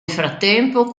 frattempo